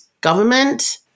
government